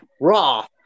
Raw